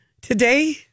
today